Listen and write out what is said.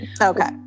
Okay